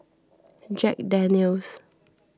Jack Daniel's